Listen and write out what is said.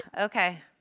Okay